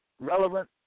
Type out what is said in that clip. relevant